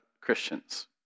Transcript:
Christians